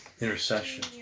intercession